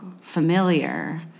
familiar